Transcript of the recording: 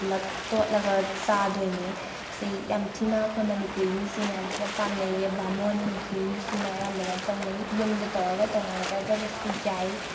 ꯄꯨꯂꯞ ꯇꯣꯠꯂꯒ ꯆꯥꯗꯣꯏꯅꯦ ꯁꯤ ꯌꯥꯝꯊꯤꯅ ꯑꯩꯈꯣꯏ ꯃꯅꯤꯄꯨꯔꯤ ꯃꯤꯁꯤꯡꯅ ꯌꯥꯝꯊꯤꯅ ꯄꯥꯝꯅꯩꯌꯦ ꯕꯥꯃꯣꯟꯒꯤ ꯃꯤꯁꯤꯡꯅ ꯑꯌꯥꯝꯕꯗ ꯇꯧꯅꯩ ꯌꯨꯝꯗ ꯇꯧꯔꯒ ꯇꯣꯉꯥꯟꯅ ꯆꯥꯖꯕꯁꯨ ꯌꯥꯏ